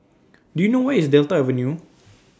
Do YOU know Where IS Delta Avenue